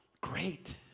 great